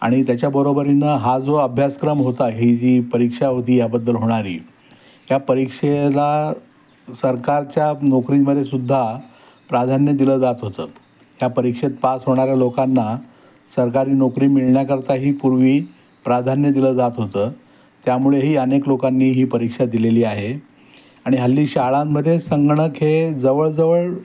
आणि त्याच्याबरोबरीनं हा जो अभ्यासक्रम होता ही जी परीक्षा होती याबद्दल होणारी या परीक्षेला सरकारच्या नोकरीमध्ये सुद्धा प्राधान्य दिलं जात होतं या परीक्षेत पास होणाऱ्या लोकांना सरकारी नोकरी मिळण्याकरता ही पूर्वी प्राधान्य दिलं जात होतं त्यामुळेही अनेक लोकांनी ही परीक्षा दिलेली आहे आणि हल्ली शाळांमध्ये संगणक हे जवळजवळ